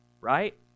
Right